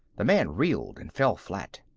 the man reeled and fell flat.